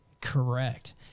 Correct